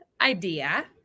idea